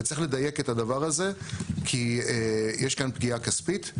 וצריך לדייק את הדבר הזה, כי יש כאן פגיעה כספית.